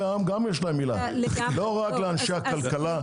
העם גם יש מילה ולא רק לאנשי הכלכלה.